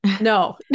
no